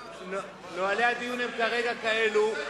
נוהלי הדיון הם כרגע כאלה,